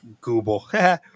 Google